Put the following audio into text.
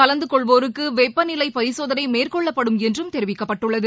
கலந்துகொள்வோருக்குவெப்பநிலைபரிசோதனைமேற்கொள்ளப்படும் தேர்வில் என்றும் தெரிவிக்கப்பட்டுள்ளது